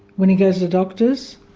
when he goes to the doctor's.